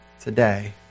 today